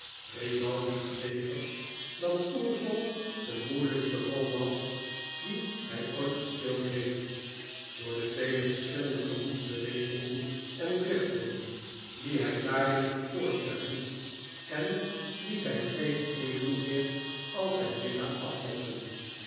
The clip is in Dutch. grimaldi verzekert dat ourson de moeielijkste rol was die hij ooit gespeeld heeft door de vele verschillende gemoedsbewegingen en driften die hij daarin moest voorstellen en die zijn geest evenzeer als zijn lichaam afmatten